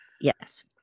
yes